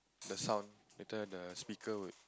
the sound later the speaker would